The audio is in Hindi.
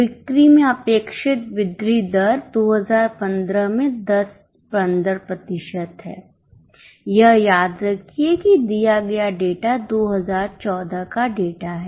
बिक्री में अपेक्षित वृद्धि दर 2015 में 10 15 प्रतिशत है यह याद रखिए कि दिया गया डेटा 2014 का डेटा है